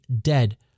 dead